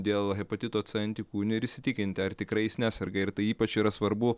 dėl hepatito c antikūnių ir įsitikinti ar tikrai jis neserga ir tai ypač yra svarbu